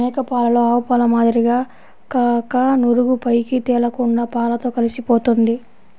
మేక పాలలో ఆవుపాల మాదిరిగా కాక నురుగు పైకి తేలకుండా పాలతో కలిసిపోతుంది